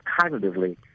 cognitively